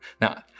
Now